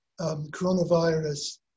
coronavirus